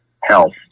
health